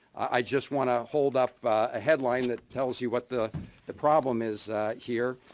i just want to hold up a headline that tells you what the the problem is here.